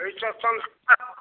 तै सँ संस्कारऽ